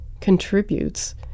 contributes